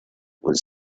was